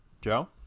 Joe